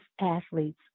athletes